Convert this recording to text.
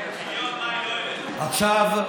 נמשיך.